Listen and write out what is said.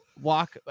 walk